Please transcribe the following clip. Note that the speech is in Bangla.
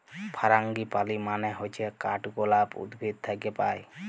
ফারাঙ্গিপালি মানে হচ্যে কাঠগলাপ উদ্ভিদ থাক্যে পায়